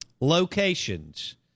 locations